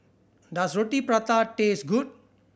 does Roti Prata taste good